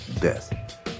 death